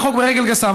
מפרה חוק ברגל גסה,